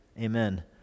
Amen